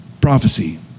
prophecy